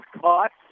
caught